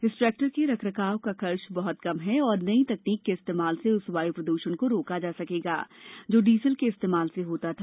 इस ट्रैक्टर के रखरखाव का खर्च बहत कम है तथा नई तकनीक के इस्तेमाल से उस वायु प्रदूषण को रोका जा सकेगा जो डीजल के इस्तेमाल से होता था